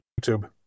YouTube